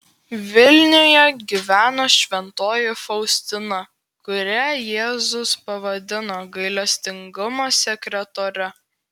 vilniuje gyveno šventoji faustina kurią jėzus pavadino gailestingumo sekretore